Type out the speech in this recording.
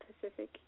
Pacific